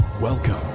Welcome